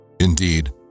Indeed